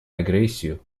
агрессию